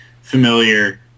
familiar